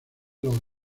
los